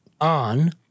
on